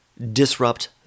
Disrupt